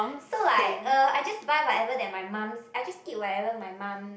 so like uh I just buy whatever that my mums I just eat whatever my mum